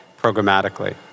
programmatically